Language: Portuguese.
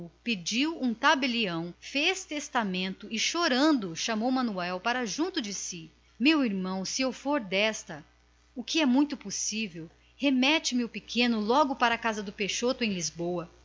pediu um tabelião fez testamento e chorando chamou manuel para seu lado meu irmão recomendou-lhe se eu for desta o que é possível remete me logo o pequeno para a casa do peixoto em lisboa